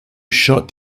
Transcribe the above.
shot